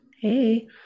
Hey